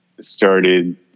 started